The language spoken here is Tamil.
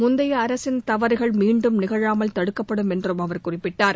முந்தைய அரசின் தவறுகள் மீன்டும் நிகழாமல் தடுக்கப்படும் என்றும் அவர் குறிப்பிட்டார்